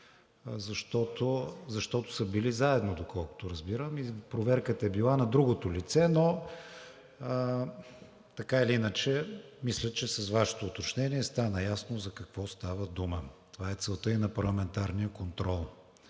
защото са били заедно, доколкото разбирам, и проверката е била на другото лице, но така или иначе мисля, че с Вашето уточнение стана ясно за какво става дума. Това е целта и на парламентарния контрол.